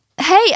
Hey